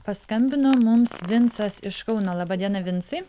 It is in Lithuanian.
paskambino mums vincas iš kauno laba diena vincai